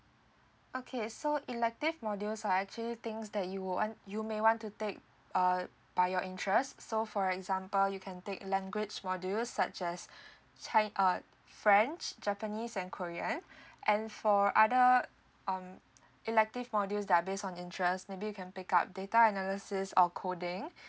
okay so elective modules are actually things that you want you may want to take uh by your interest so for example you can take language modules such as chi~ uh french japanese and korean and for other um elective modules that are based on interest maybe you can pick up data analysis or coding